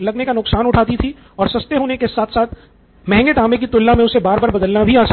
लगने का नुकसान उठाती थी और सस्ते होने के साथ साथ महँगे तांबे की तुलना में उसे बार बार बदलना भी आसान था